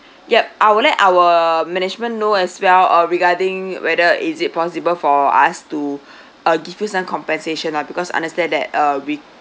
yup I will let our management know as well uh regarding whether is it possible for us to uh give you some compensation lah because understand that uh we